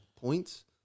points